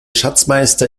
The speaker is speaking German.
schatzmeister